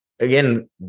again